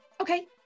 Okay